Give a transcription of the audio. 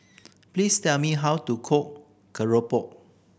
please tell me how to cook keropok